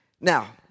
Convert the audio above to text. Now